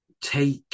take